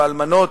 והאלמנות,